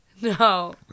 No